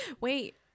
wait